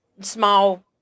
small